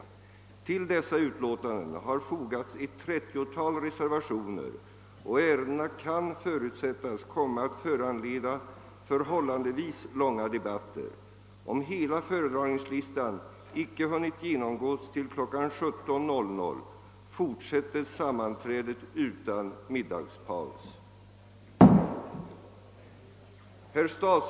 Till dessa utlåtanden har fogats ett 30-tal reservationer och ärendena kan förutsättas komma att föranleda förhållandevis långa debatter. Om hela föredragningslistan icke hunnit genomgås till kl. 17.00 fortsättes sammanträdet utan middagspaus.